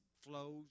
flows